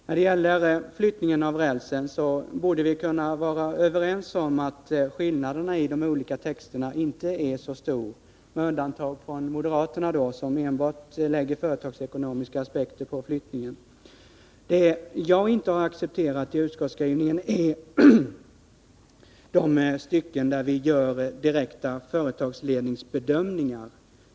När det gäller flyttningen av rälsen borde vi kunna vara överens om att skillnaderna i de olika texterna inte är så stor med undantag för moderaternas text, där det läggs enbart företagsekonomiska aspekter på flyttningen. Vad jag för min del inte har accepterat i utskottsskrivningen är de stycken, där det görs direkta företagsledningsbedömningar.